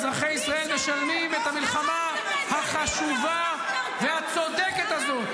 אזרחי ישראל משלמים את המלחמה החשובה והצודקת הזאת.